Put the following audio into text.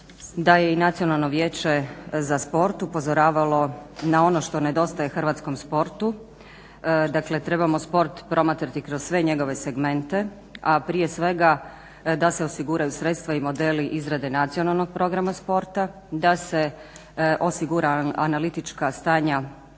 da je nacionalno vijeće za sport upozoravalo na ono što nedostaje hrvatskom sportu. Trebamo sport promatrati kroz sve njegove segmente a prije svega da se osiguraju sredstva i modeli izrade nacionalnog programa sporta, da se osigura analitička stanja